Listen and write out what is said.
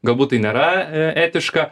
galbūt tai nėra e etiška